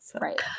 Right